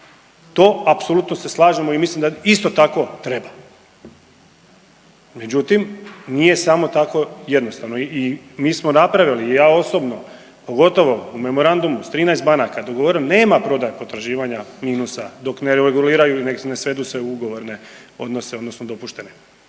To apsolutno se slažemo i mislim da isto tako treba, međutim nije samo tako jednostavno i mi smo napravili i ja osobno pogotovo u memorandumu s 13 banaka dogovoreno nema prodaje potraživanja minusa dok ne reguliraju i ne svedu sve ugovorne odnose odnosno dopuštene,